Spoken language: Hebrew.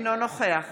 אינו נוכח